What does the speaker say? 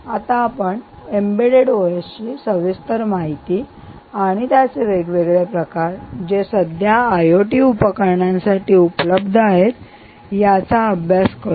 आता आपण embedded OS ची सविस्तर माहिती आणि त्याचे वेगवेगळे प्रकार जे सध्या आयओटी उपकरणांसाठी उपलब्ध आहेत ह्याचा अभ्यास करू